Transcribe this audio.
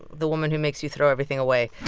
the woman who makes you throw everything away,